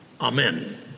Amen